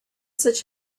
such